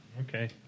Okay